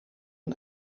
een